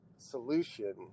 solution